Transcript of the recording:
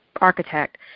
architect